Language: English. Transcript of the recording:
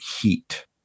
heat